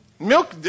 Milk